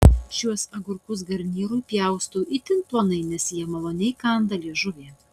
šiuos agurkus garnyrui pjaustau itin plonai nes jie maloniai kanda liežuvį